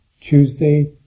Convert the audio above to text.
Tuesday